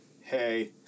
hey